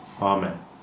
Amen